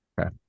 okay